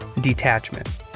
detachment